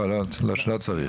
לא לא, לא צריך.